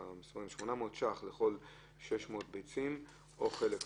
לכל 600 ביצים או חלק מהן,